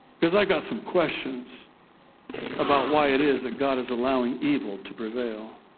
because i've got some questions about why it is that god is allowing evil to prevail.